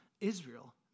Israel